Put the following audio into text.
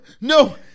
no